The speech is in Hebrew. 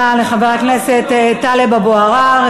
החדש, דוד רותם.